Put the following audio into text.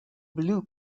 blue